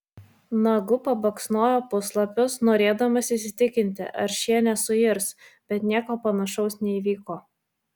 nagu pabaksnojo puslapius norėdamas įsitikinti ar šie nesuirs bet nieko panašaus neįvyko